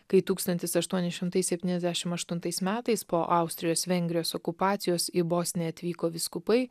kai tūkstantis aštuoni šimtai septyniasdešim aštuntais metais po austrijos vengrijos okupacijos į bosniją atvyko vyskupai